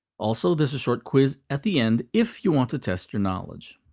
also, there's a short quiz at the end if you want to test your knowledge.